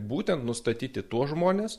būtent nustatyti tuos žmones